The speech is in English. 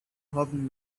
hopped